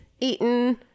Eaten